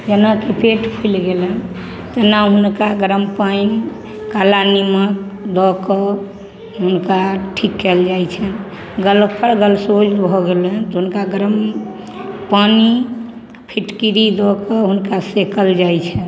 जेनाकि पेट फुलि गेलनि तेना हुनका गरम पानि काला निम्मक दऽ कऽ हुनका ठीक कएल जाइ छनि गलफर गलसोइ भऽ गेलनि तऽ हुनका पानी फिटकिरी दऽ कऽ हुनका सेकल जाइ छनि